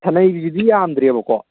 ꯁꯅꯩꯕꯤꯁꯤꯗꯤ ꯌꯥꯝꯗ꯭ꯔꯦꯕꯀꯣ